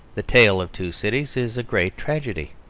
the tale of two cities is a great tragedy,